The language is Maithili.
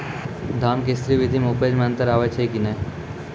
धान के स्री विधि मे उपज मे अन्तर आबै छै कि नैय?